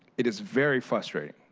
it is very frustrating.